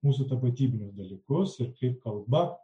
mūsų tapatybinius dalykus ir kaip kalba